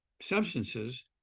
substances